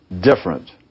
different